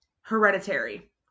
Hereditary